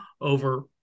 over